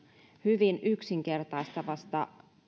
hyvin yksinkertaistavasta